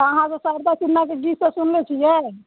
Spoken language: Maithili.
अहाँ सभ शारदा सिन्हाकेँ गीत सभ सुनले छियै